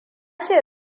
ce